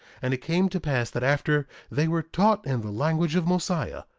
and it came to pass that after they were taught in the language of mosiah,